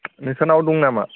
नोंसोरनाव दं नामा